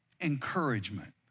encouragement